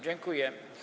Dziękuję.